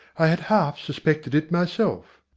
i had half suspected it myself.